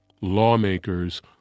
lawmakers